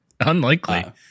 Unlikely